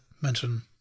mention